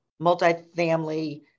multifamily